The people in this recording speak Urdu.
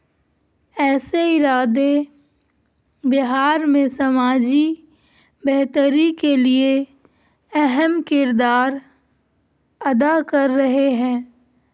ایسے ارادے بہار میں سماجی بہتری کے لیے اہم کردار ادا کر رہے ہیں